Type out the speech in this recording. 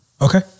okay